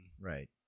Right